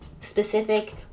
specific